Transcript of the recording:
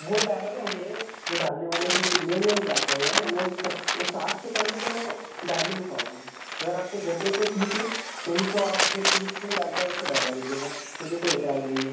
वो डाल रहे होंगे जो डालने वाले है मैं नहीं डाल पाऊँगा न मैं साठ से कम में तो मैं डाल ही नहीं पाऊँगा अगर आपको जँचे तो ठीक हे नहीं तो आप जो तीस में डालता है उससे डलवा लीजिएगा मुझे कोई ऐतराज नहीं है